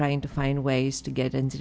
trying to find ways to get